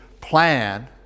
plan